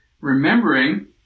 remembering